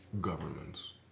governments